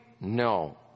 No